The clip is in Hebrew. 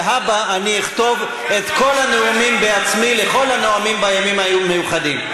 להבא אני אכתוב בעצמי את כל הנאומים לכל הנואמים בימים המיוחדים.